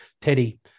Teddy